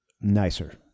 nicer